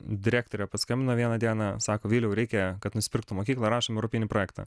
direktorė paskambino vieną dieną sako viliau reikia kad nusipirktum mokyklą rašom europinį projektą